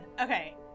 Okay